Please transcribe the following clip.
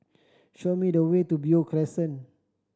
show me the way to Beo Crescent